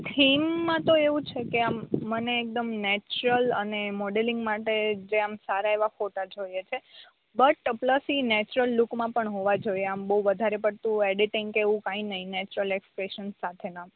theme માતો એવું છેકે આમ મને એકદમ નેચરલ અને મોડલિંગ માટે આમ સારા એવા ફોટા જોઈએ છે બટ પ્લસ ઇ નેચરલ લૂકમાં પણ હોવા જોઈએ આમ બઉ વધારે પળતું એડિટિંગ એવું કાંઇ નઇ નેચરલ એક્સ્પ્રેસન સાથેના